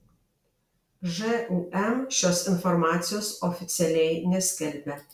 žūm šios informacijos oficialiai neskelbia